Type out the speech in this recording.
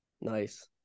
Nice